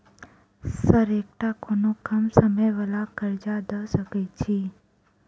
Sir एकटा कोनो कम समय वला कर्जा दऽ सकै छी?